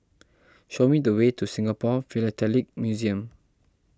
show me the way to Singapore Philatelic Museum